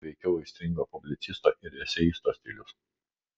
tai veikiau aistringo publicisto ir eseisto stilius